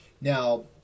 Now